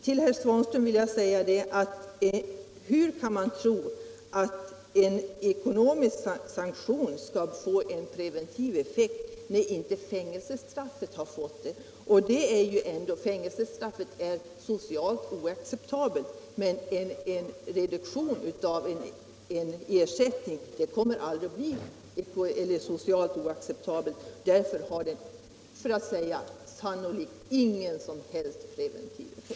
Till herr Svanström vill jag säga: Hur kan man tro att en ekonomisk sanktion skall få en preventiv effekt när inte fängelsestraff har fått det? Fängelsestraffet är ändå socialt oacceptabelt, medan en reduktion av en ersättning aldrig kommer att bli socialt oacceptabel. Därför har en sådan reduktion sannolikt ingen som helst preventiv effekt.